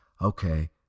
okay